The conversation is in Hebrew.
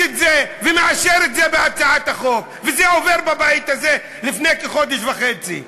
את זה ומאשר את זה בהצעת החוק וזה עובר בבית הזה לפני כחודש וחצי?